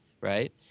right